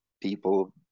people